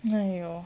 !aiyo!